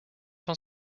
from